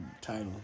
title